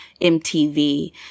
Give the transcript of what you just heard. MTV